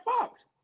Fox